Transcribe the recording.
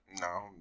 No